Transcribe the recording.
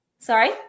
Sorry